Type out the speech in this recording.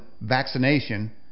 vaccination